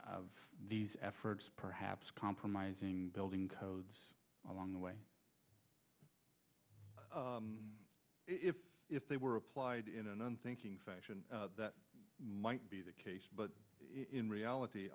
of these efforts perhaps compromising building codes along the way if if they were applied in an unthinking fashion that might be the case but in reality